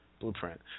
blueprint